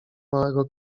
małego